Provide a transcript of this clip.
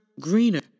greener